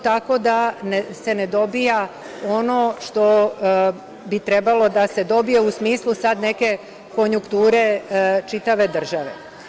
Tako da se ne dobija ono što bi trebalo da se dobije u smislu neke konjukture čitave države.